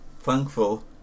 thankful